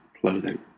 clothing